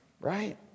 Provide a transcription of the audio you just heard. Right